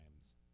times